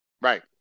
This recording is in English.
right